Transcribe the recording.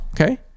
okay